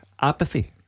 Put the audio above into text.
apathy